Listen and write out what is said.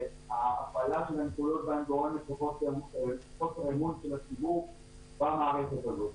וההפעלה שלהן גורמת לחוסר אמון של הציבור במערכת הזאת.